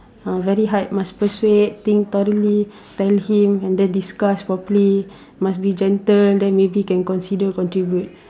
ah very hard must persuade think thoroughly tell him and then discuss properly must be gentle then maybe can consider contribute